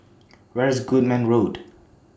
Where IS Goodman Road